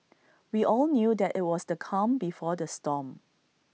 we all knew that IT was the calm before the storm